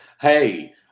Hey